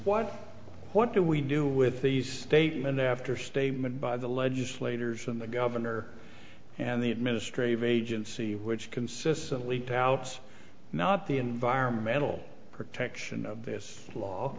was what do we do with the statement after statement by the legislators and the governor and the administrative agency which consistently touts not the environmental protection of this law